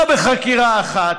לא בחקירה אחת,